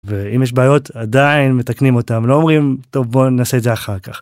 אם יש בעיות עדיין מתקנים אותם